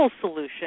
solution